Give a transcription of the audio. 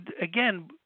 again